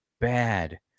bad